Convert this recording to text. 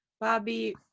Bobby